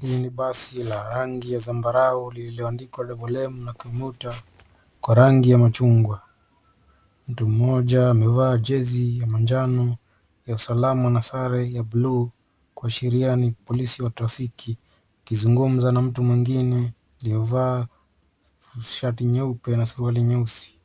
Hili ni basi la rangi ya zambarau liloandikwa Doublem Commuter Kwa rangi ya machungwa. Mtu mmoja amevaa jezi ya manjano ya usalama na sare ya buluu kuashiria ni polisi wa trafiki akizungumza na mtu mwingine aliyevaa shati nyeupe na suruali nyeusi.